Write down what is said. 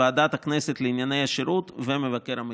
ועדת הכנסת לענייני השירות ומבקר המדינה.